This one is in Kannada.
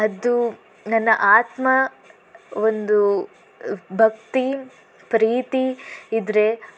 ಅದೂ ನನ್ನ ಆತ್ಮ ಒಂದು ಭಕ್ತಿ ಪ್ರೀತಿ ಇದ್ದರೆ